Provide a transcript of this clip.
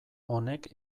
honek